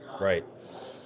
Right